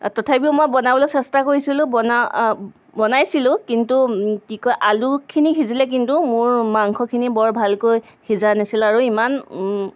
তথাপিও মই বনাবলৈ চেষ্টা কৰিছিলোঁ বনা বনাইছিলো কিন্তু কি কয় আলুখিনি সিজিলে কিন্তু মোৰ মাংসখিনি বৰ ভালকৈ সিজা নাছিল আৰু ইমান